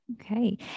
okay